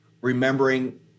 remembering